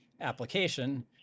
application